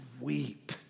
weep